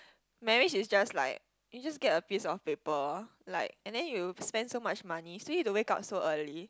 marriage is just like you just get a piece of paper like and then you spend so much money still need to wake up so early